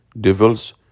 devils